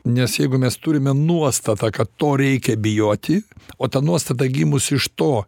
nes jeigu mes turime nuostatą kad to reikia bijoti o ta nuostata gimus iš to